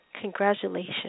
Congratulations